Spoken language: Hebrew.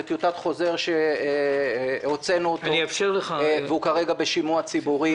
זה טיוטת חוזר שהוצאנו והיא כרגע בשימוע ציבורי.